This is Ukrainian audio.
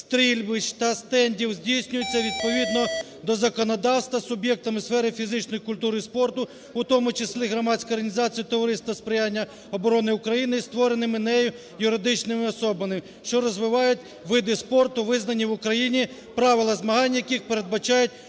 стрільбищ та стендів здійснюється відповідно до законодавства суб'єктами сфери фізичної культури і спорту, в тому числі громадської організації "Товариство сприяння обороні України" і створеними нею юридичними особами, що розвивають види спорту, визнані в Україні, правила змагання, які передбачають